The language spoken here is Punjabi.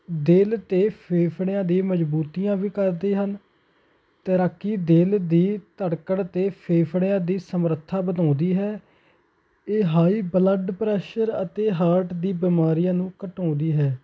ਦਿਲ ਅਤੇ ਫੇਫੜਿਆਂ ਦੇ ਮਜ਼ਬੂਤੀਆਂ ਵੀ ਕਰਦੇ ਹਨ ਤੈਰਾਕੀ ਦਿਲ ਦੀ ਧੜਕਣ ਅਤੇ ਫੇਫੜਿਆਂ ਦੀ ਸਮਰੱਥਾ ਵਧਾਉਂਦੀ ਹੈ ਇਹ ਹਾਈ ਬਲੱਡ ਪ੍ਰੈਸ਼ਰ ਅਤੇ ਹਰਟ ਦੀ ਬਿਮਾਰੀਆਂ ਨੂੰ ਘਟਾਉਂਦੀ ਹੈ